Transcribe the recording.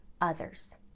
others